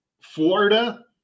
Florida